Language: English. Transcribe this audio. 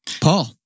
Paul